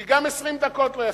כי גם 20 דקות לא יספיקו.